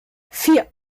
vier